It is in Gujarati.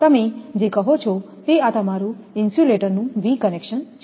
તમે જે કહો છો તે આ તમારું ઇન્સ્યુલેટરનું વી કનેક્શન છે